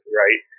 right